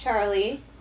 Charlie